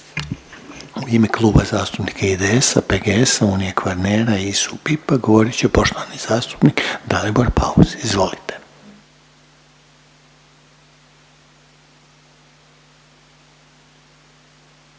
U ime Kluba zastupnika IDS-a, PGS-a, Unije Kvarnera, ISU-PIP-a govorit će poštovani zastupnik Dalibor Paus. Izvolite.